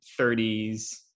30s